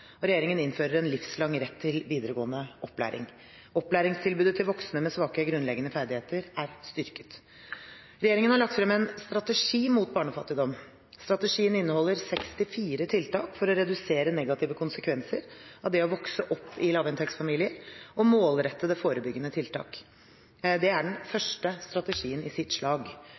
Regjeringen innfører en livslang rett til videregående opplæring. Opplæringstilbudet til voksne med svake grunnleggende ferdigheter er styrket. Regjeringen har lagt frem en strategi mot barnefattigdom. Strategien inneholder 64 tiltak for å redusere negative konsekvenser av det å vokse opp i lavinntektsfamilier og målrettede forebyggende tiltak. Det er den første strategien i sitt slag.